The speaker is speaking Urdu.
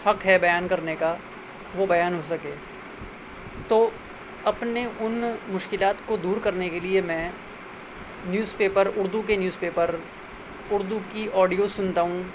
حق ہے بیان کرنے کا وہ بیان ہو سکے تو اپنے ان مشکلات کو دور کرنے کے لیے میں نیوز پیپر اردو کے نیوز پیپر اردو کی آڈیو سنتا ہوں